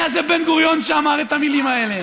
היה זה בן-גוריון שאמר את המילים האלה.